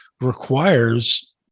requires